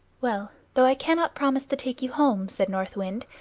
well, though i cannot promise to take you home, said north wind,